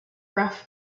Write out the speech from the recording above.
rough